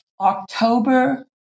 October